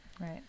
right